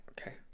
okay